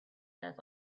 does